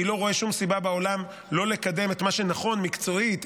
אני לא רואה שום סיבה בעולם לא לקדם את מה שנכון מקצועית,